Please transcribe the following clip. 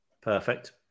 Perfect